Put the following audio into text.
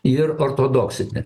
ir ortodoksinė